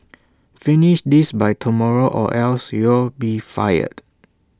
finish this by tomorrow or else you'll be fired